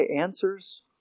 answers